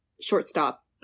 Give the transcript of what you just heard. shortstop